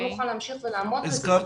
לא נוכל להמשיך ולעמוד בזה.